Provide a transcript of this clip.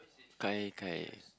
gai-gai